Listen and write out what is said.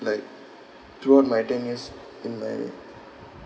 like throughout my ten years in my